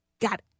got